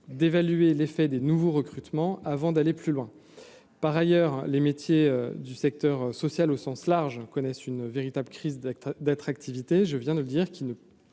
d'évaluer l'effet des nouveaux recrutements avant d'aller plus loin, par ailleurs, les métiers du secteur social au sens large, connaissent une véritable crise d'attractivité, je viens de le dire qu'qui ne